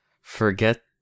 Forget